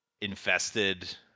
infested